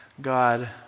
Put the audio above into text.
God